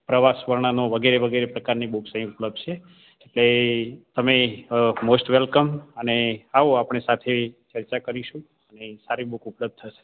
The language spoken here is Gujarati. પ્રવાસ વર્ણનો વગેરે વગેરે પ્રકારની બુક્સ અહીં ઉપલબ્ધ હશે એટલે તમે મોસ્ટ વેલકમ અને આવો આપણે સાથે ચર્ચા કરીશું અને સારી બુક ઉપલબ્ધ